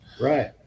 Right